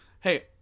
Hey